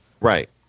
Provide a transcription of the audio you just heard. Right